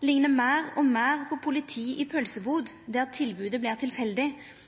«ligner mer og mer på «politi i pølsebod» der tilbudet blir tilfeldig,